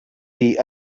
dir